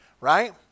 right